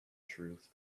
truth